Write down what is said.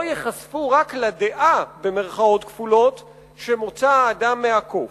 לא ייחשפו רק ל"דעה" שמוצא האדם מהקוף.